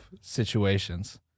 situations